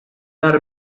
are